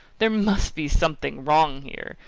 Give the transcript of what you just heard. there must be something wrong here.